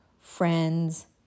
friends